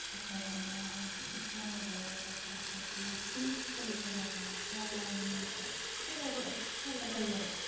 क'क्राझारनिया एसे आलादा जायो गवालपारा साइडनिया बिदिनो दस्रा दस्रा जायगाना एसे आलादा नियमफ्रा एसेब्लाबो एसे आलादा जायो आरो